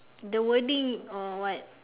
the wording uh what